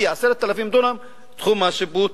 10,000 תושבים,